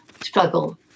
struggle